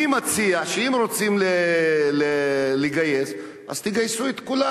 אני מציע שאם רוצים לגייס, אז תגייסו את כולם.